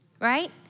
Right